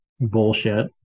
bullshit